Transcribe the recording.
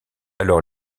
alors